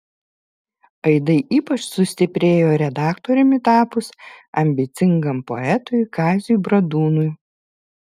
aidai ypač sustiprėjo redaktoriumi tapus ambicingam poetui kaziui bradūnui